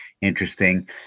interesting